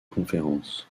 conférences